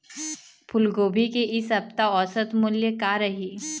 फूलगोभी के इ सप्ता औसत मूल्य का रही?